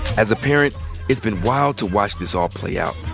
as a parent it's been wild to watch this all play out.